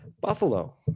Buffalo